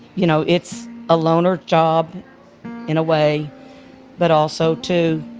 you know it's a loaner job in a way but also too,